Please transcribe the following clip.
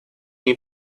они